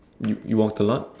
you you walk a lot